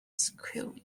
screw